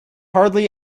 hardly